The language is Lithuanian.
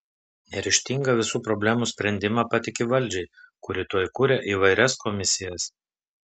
neryžtinga visų problemų sprendimą patiki valdžiai kuri tuoj kuria įvairias komisijas